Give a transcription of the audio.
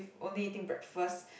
only eating breakfast